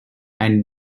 and